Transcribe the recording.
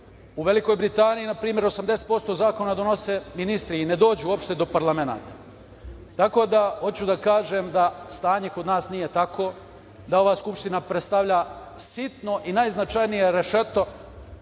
U Velikoj Britaniji, na primer, 80% zakona donose ministri i ne dođu uopšte do parlamenta. Hoću da kažem da stanje kod nas nije takvo. Ova Skupština predstavlja sitno i najznačajnije rešeto